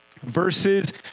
verses